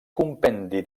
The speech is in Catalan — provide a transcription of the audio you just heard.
compendi